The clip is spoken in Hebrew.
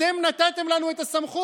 אתם נתתם לנו את הסמכות,